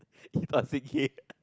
he plus Sing K